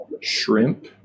shrimp